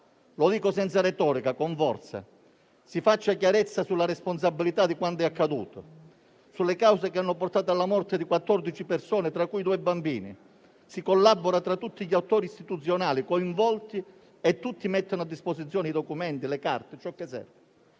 Lo dico senza retorica, con forza. Si faccia chiarezza sulla responsabilità di quanto è accaduto e sulle cause che hanno portato alla morte di 14 persone, tra cui 2 bambini. Tutti gli attori istituzionali coinvolti collaborino tra loro e mettano a disposizione i documenti, le carte e ciò che serve.